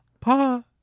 Pa